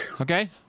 okay